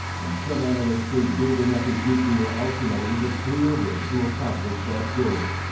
and some analysts say building up his nuclear arsenal is a clear way to accomplish that goal.